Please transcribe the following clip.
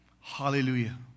Hallelujah